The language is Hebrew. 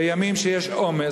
בימים שיש עומס,